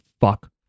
fuck